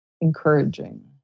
encouraging